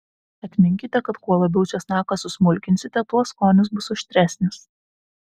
atminkite kad kuo labiau česnaką susmulkinsite tuo skonis bus aštresnis